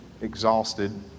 exhausted